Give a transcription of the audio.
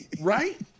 right